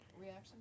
reaction